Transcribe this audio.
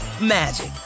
magic